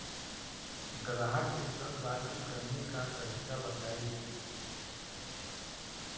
ग्राहक के साथ बातचीत करने का तरीका बताई?